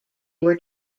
were